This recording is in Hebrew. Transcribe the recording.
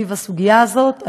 בסוגיה הזאת,